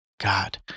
God